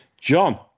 John